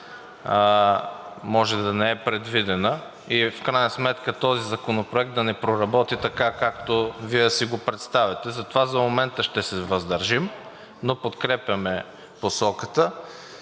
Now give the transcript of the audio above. може да не е предвидено и в крайна сметка този законопроект да не проработи така, както Вие си го представяте. Затова за момента ще се въздържим, но подкрепяме посоката,